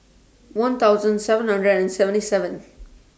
one thousand seven hundred and seventy seven